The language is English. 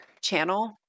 channel